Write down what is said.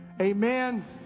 amen